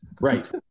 Right